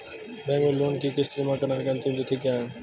Bank में loan की किश्त जमा कराने की अंतिम तिथि क्या है?